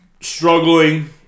struggling